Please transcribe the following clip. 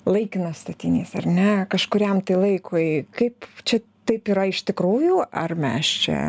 laikinas statinys ar ne kažkuriam laikui kaip čia taip yra iš tikrųjų ar mes čia